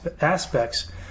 aspects